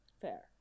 fair